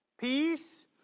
Peace